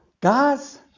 guys